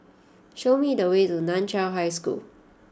show me the way to Nan Chiau High School